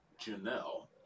janelle